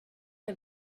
que